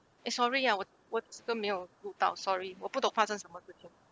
eh sorry ah 我我这个没有录到 sorry 我不懂发生什么事情